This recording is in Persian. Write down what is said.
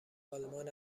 آلمان